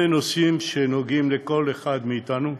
אלה נושאים שנוגעים לכל אחד מאיתנו,